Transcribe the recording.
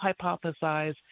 hypothesize